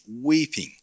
weeping